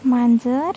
मांजर